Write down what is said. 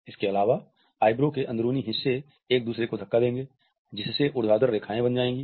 इसके अलावा आइब्रो के अंदरूनी हिस्से एक दूसरे को धक्का देंगे जिससे ऊर्ध्वाधर रेखाएं बन जाएंगी